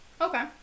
Okay